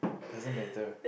doesn't matter